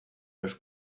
los